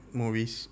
movies